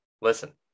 listen